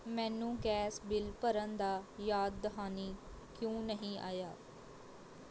ਮੈਨੂੰ gas bill ਭਰਨ ਦਾ ਯਾਦ ਦਹਾਨੀ ਕਿਉਂ ਨਹੀਂ ਆਇਆ